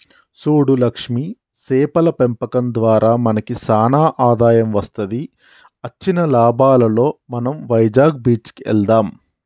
సూడు లక్ష్మి సేపల పెంపకం దారా మనకి సానా ఆదాయం వస్తది అచ్చిన లాభాలలో మనం వైజాగ్ బీచ్ కి వెళ్దాం